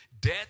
Death